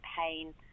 pain